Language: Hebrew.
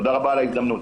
תודה רבה על ההזדמנות.